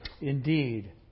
indeed